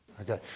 Okay